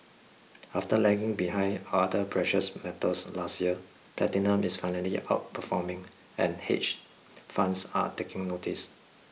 after lagging behind other precious metals last year platinum is finally outperforming and hedge funds are taking notice